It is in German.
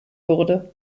wurde